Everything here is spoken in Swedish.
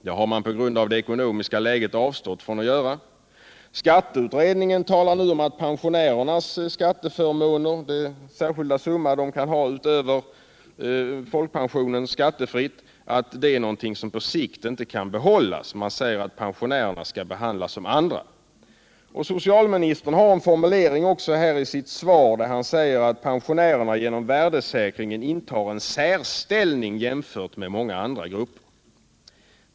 Det har man på grund av det ekonomiska läget avstått Fredagen den från att göra. 9 december 1977 Skatteutredningen talar nu om att de summor utöver folkpensionen som är skattefria för pensionärerna på sikt inte kan behållas. Man talar . Om pensionärernas om att pensionärerna skall behandlas som andra. Och socialministern ekonomiska hade också i sitt svar en formulering om att pensionärerna genom vär = grundtrygghet desäkringen intar ”en särställning jämfört med många andra grupper”.